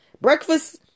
Breakfast